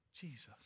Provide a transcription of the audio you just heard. Jesus